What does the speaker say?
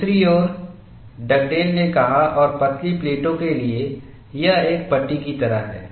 दूसरी ओर डगडेल ने कहा और पतली प्लेटों के लिए यह एक पट्टी की तरह है